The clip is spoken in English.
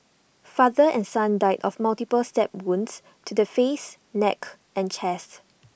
father and son died of multiple stab wounds to the face neck and chest